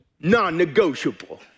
non-negotiable